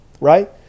right